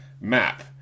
map